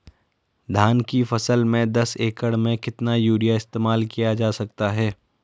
धान की फसल में दस एकड़ में कितना यूरिया इस्तेमाल किया जा सकता है?